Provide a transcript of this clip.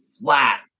flat